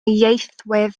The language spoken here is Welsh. ieithwedd